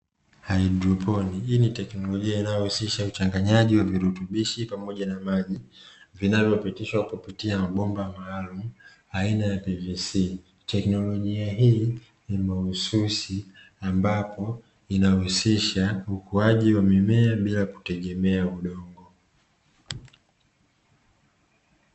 Haidroponi hii ni teknolojia inayojihusisha uchanganyaji wa virutubisho pamoja na maji yanayopitishwa kupitia mabomba maalumu aina ya "PVC" teknolojia hii ni mahususi ambapo huusisha ukuwaji wa mimea bila kutegemea udongo.